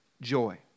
joy